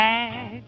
Back